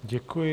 Děkuji.